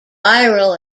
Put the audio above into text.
viral